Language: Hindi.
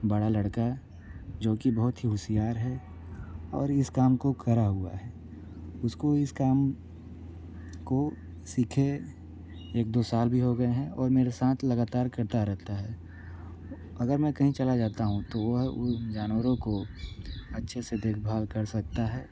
बड़ा लड़का जोकि बहुत ही होशियार है और इस काम को किया हुआ है उसको इस काम को सीखे एक दो साल भी हो गए हैं और मेरे साथ लगातार करता रहता है अगर मैं कहीं चला जाता हूँ तो वह उन जानवरों को अच्छे से देखभाल कर सकता है